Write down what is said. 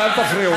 אנא אל תפריעו לו.